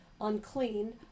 unclean